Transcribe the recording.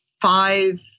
five